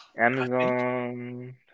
Amazon